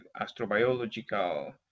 astrobiological